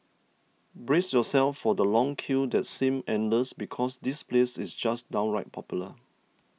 brace yourself for the long queue that seem endless because this place is just downright popular